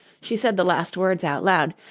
she said the last words out loud,